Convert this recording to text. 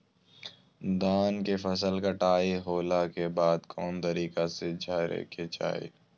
धान के फसल कटाई होला के बाद कौन तरीका से झारे के चाहि?